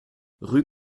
rue